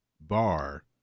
bar